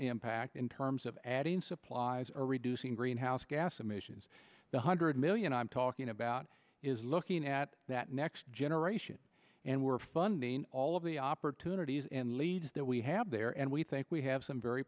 impact in terms of adding supplies or reducing greenhouse gas summations the hundred million i'm talking about is looking at that next generation and we're funding all of the opportunities and leads that we have there and we think we have some very